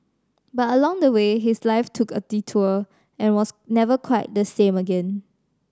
but along the way his life took a detour and was never quite the same again